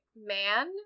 man